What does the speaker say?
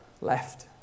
left